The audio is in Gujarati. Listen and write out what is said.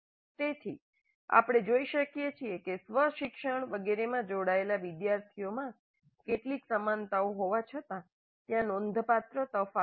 તેથી આપણે જોઈ શકીએ છીએ કે સ્વ શિક્ષણ વગેરેમાં જોડાયેલા વિદ્યાર્થીઓમાં કેટલીક સમાનતાઓ હોવા છતાં ત્યાં નોંધપાત્ર તફાવત છે